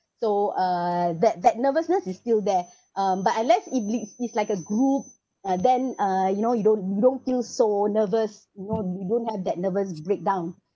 so uh that that nervousness is still there um but unless if it's it's like a group uh then uh you know you don't you don't feel so nervous you know don't have that nervous breakdown